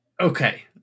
Okay